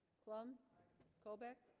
plumb colbeck